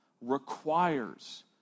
requires